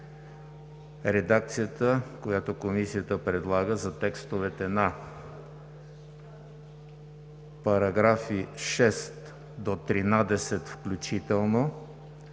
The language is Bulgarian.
редакцията, която Комисията предлага за текстовете на параграфи от 6 до 13 включително,